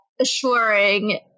assuring